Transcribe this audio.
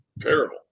terrible